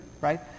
right